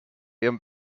ihrem